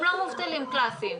הם לא מובטלים קלאסיים,